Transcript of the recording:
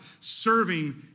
serving